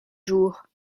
jours